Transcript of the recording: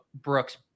Brooks